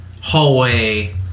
hallway